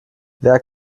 wer